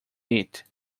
eat